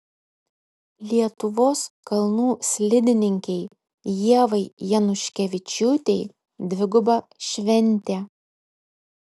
lietuvos kalnų slidininkei ievai januškevičiūtei dviguba šventė